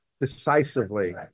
decisively